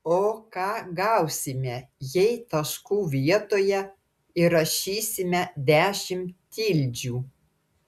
o ką gausime jei taškų vietoje įrašysime dešimt tildžių